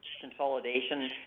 consolidation